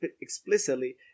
explicitly